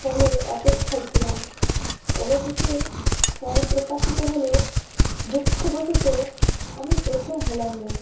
ফলের অপেক্ষায় ছিলাম অবশেষে ফল প্রকাশিত হলো দুঃখবশত আমি প্রথম হলাম না